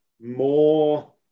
more